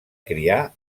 criar